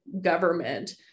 government